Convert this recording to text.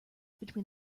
between